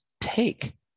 take